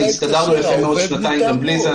והסתדרנו שנתיים גם בלי זה,